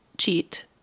cheat